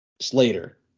Slater